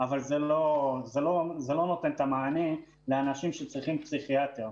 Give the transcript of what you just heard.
אבל זה לא נותן את המענה לאנשים שצריכים פסיכיאטר.